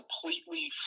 completely